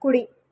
కుడి